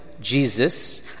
Jesus